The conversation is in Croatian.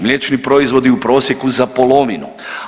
Mliječni proizvodi u prosjeku za polovinu.